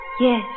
Yes